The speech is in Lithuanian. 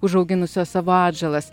užauginusios savo atžalas